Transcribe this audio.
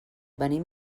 venim